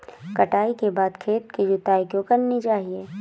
कटाई के बाद खेत की जुताई क्यो करनी चाहिए?